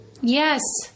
Yes